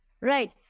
Right